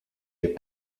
les